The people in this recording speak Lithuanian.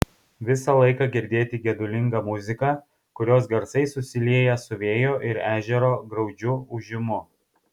visą laiką girdėti gedulinga muzika kurios garsai susilieja su vėjo ir ežero graudžiu ūžimu